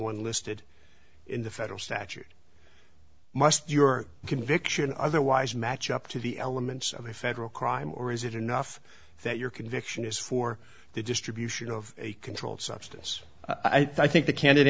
one listed in the federal statute must your conviction otherwise match up to the elements of a federal crime or is it enough that your conviction is for the distribution of a controlled substance i think the